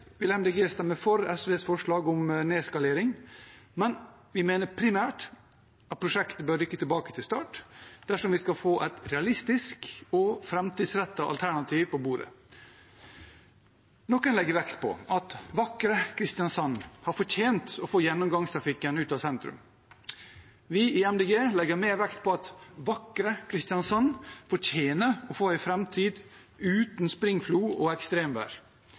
vil Miljøpartiet De Grønne stemme for SVs forslag om nedskalering, men vi mener primært at prosjektet bør rykke tilbake til start dersom vi skal få et realistisk og framtidsrettet alternativ på bordet. Noen legger vekt på at vakre Kristiansand har fortjent å få gjennomgangstrafikken ut av sentrum. Vi i Miljøpartiet De Grønne legger mer vekt på at vakre Kristiansand fortjener å få en framtid uten springflo og ekstremvær,